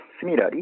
similarly